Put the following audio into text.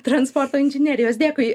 transporto inžinerijos dėkui